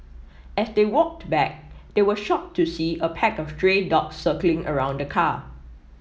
as they walked back they were shocked to see a pack of stray dogs circling around the car